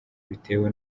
biterwa